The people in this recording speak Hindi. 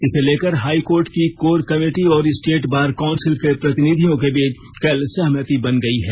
इसे लेकर हाई कोर्ट की कोर कमेटी और स्टेट बार काउंसिल के प्रतिनिधियों के बीच कल सहमति बन गई है